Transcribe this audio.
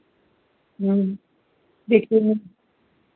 देखिए ना